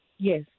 Yes